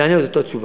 יענה את אותה תשובה.